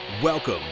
Welcome